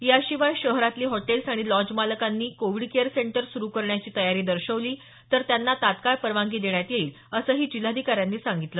याशिवाय शहरातली हॉटेल्स आणि लॉज मालकांनी कोविड केअर सेंटर सुरू करण्याची तयारी दर्शवली तर त्यांना तत्काळ परवानगी देण्यात येईल असंही जिल्हाधिकाऱ्यांनी सांगितलं